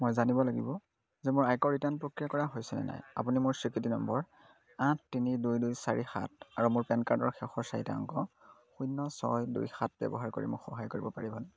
মই জানিব লাগিব যে মোৰ আয়কৰ ৰিটাৰ্ণ প্ৰক্ৰিয়া কৰা হৈছেনে নাই আপুনি মোৰ স্বীকৃতি নম্বৰ আঠ তিনি দুই দুই চাৰি সাত আৰু মোৰ পেন কাৰ্ডৰ শেষৰ চাৰিটা অংক শূন্য ছয় দুই সাত ব্যৱহাৰ কৰি মোক সহায় কৰিব পাৰিবনে